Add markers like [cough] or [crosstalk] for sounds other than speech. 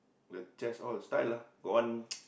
the chest all style ah got one [noise]